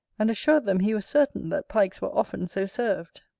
and assured them he was certain that pikes were often so served.